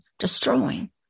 Destroying